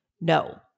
No